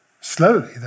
Slowly